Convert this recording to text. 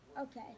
Okay